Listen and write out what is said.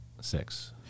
Six